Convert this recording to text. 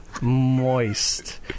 moist